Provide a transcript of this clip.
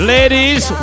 Ladies